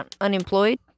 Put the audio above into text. unemployed